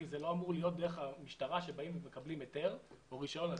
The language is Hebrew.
זה לא אמור להיות דרך המשטרה שבאים ומקבלים היתר או רישיון.